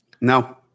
no